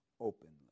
openly